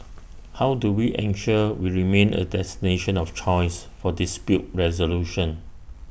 how do we ensure we remain A destination of choice for dispute resolution